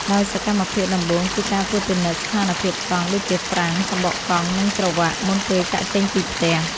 ដោយសកម្មភាពដំបូង គឺការត្រួតពិនិត្យស្ថានភាពកង់ ដូចជាហ្វ្រាំង សំបកកង់ និងច្រវ៉ាក់ មុនពេលចាកចេញពីផ្ទះ។